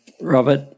Robert